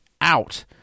out